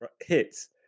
hits